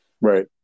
right